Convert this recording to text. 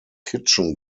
kitchen